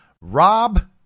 Rob